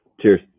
Cheers